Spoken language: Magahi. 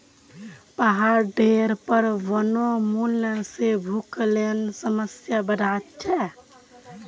पहाडेर पर वनोन्मूलन से भूस्खलनेर समस्या बढ़े जा छे